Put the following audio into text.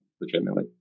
legitimately